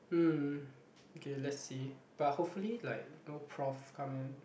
hmm okay let's see but hopefully like no prof come and